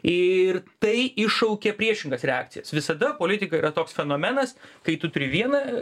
ir tai iššaukia priešingas reakcijas visada politika yra toks fenomenas kai tu turi vieną